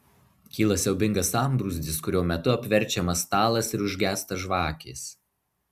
kyla siaubingas sambrūzdis kurio metu apverčiamas stalas ir užgęsta žvakės